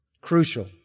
crucial